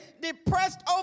depressed